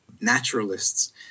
naturalists